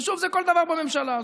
ושוב, זה כל דבר בממשלה הזאת.